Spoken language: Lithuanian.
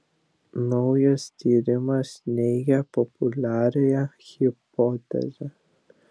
naujas tyrimas neigia populiarią hipotezę